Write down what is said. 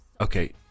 okay